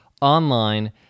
online